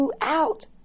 out